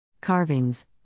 Carvings